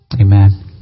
Amen